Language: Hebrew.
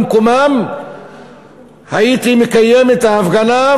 במקומם הייתי מקיים את ההפגנה,